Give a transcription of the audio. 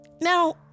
Now